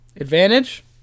Advantage